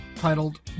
titled